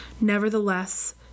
Nevertheless